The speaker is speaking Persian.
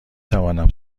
توانم